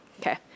Okay